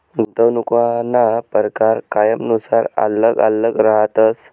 गुंतवणूकना परकार कायनुसार आल्लग आल्लग रहातस